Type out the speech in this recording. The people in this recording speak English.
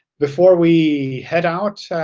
before we head out,